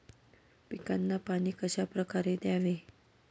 पिकांना पाणी कशाप्रकारे द्यावे?